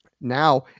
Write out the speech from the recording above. now